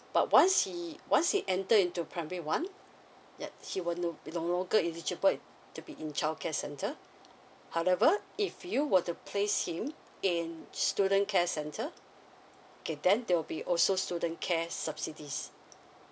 but once he once he enter into primary one yup she will no longer eligible to be in childcare center however if you were to place him in student care center okay then they will be also student care subsidies